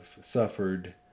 suffered